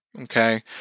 Okay